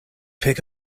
pick